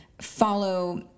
follow